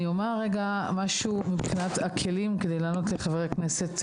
אני אומר רגע משהו מבחינת הכלים כדי לענות לחבר הכנסת